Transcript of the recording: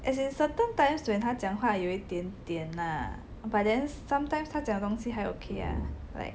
as in certain times when 她讲话有一点点 lah but then sometimes 她讲的东西还 okay ah like